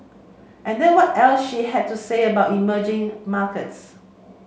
and there what else she had to say about emerging markets